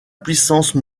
puissance